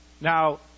Now